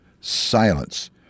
silence